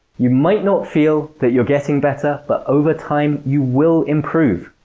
you might not feel that you're getting better, but over time, you will improve.